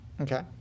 okay